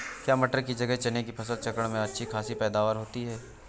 क्या मटर की जगह चने की फसल चक्रण में अच्छी खासी पैदावार होती है?